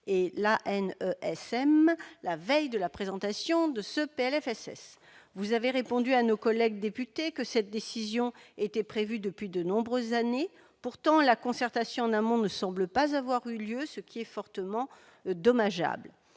de loi de financement de la sécurité sociale. Vous avez répondu à nos collègues députés que cette décision était prévue depuis de nombreuses années. Pourtant, la concertation en amont ne semble pas avoir eu lieu, ce qui est fortement regrettable.